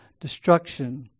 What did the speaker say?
destruction